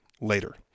later